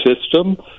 system